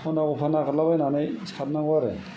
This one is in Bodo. खना गफा नागेरलाबायनानै सारनांगौ आरो